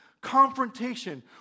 confrontation